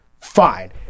fine